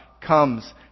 comes